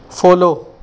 follow